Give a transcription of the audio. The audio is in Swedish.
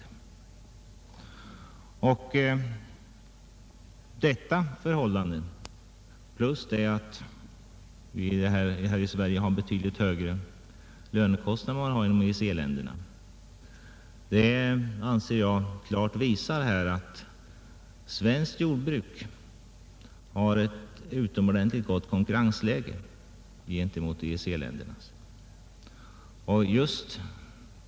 Detta förhållande tillsammans med det förhållandet att vi här i Sverige har betydligt högre lönekostnader än man har i EEC-länderna anser jag klart visar att svenskt jordbruk har ett utomordentligt gott konkurrensläge gentemot EEC-länderna.